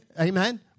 Amen